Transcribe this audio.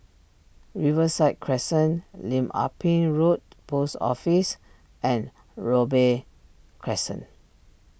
Riverside Crescent Lim Ah Pin Road Post Office and Robey Crescent